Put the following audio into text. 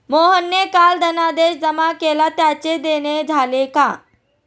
मोहनने काल धनादेश जमा केला त्याचे देणे झाले का?